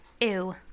Ew